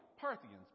Parthians